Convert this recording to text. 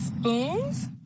spoons